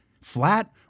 flat